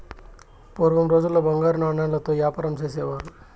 పూర్వం రోజుల్లో బంగారు నాణాలతో యాపారం చేసేవారు